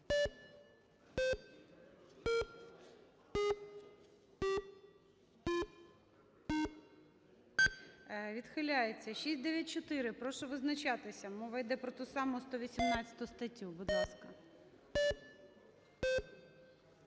Відхиляється. 694. Прошу визначатися. Мова іде про ту саму 118 статтю. Будь ласка.